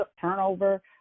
turnover